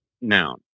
noun